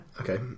Okay